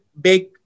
big